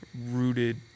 rooted